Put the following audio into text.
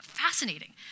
Fascinating